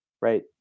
right